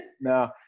no